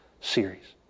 series